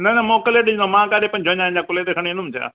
न न मोकिले ॾींदुमि मां तव्हांजे पंजवंजाह हिन कुले ते खणी विंदुमि छा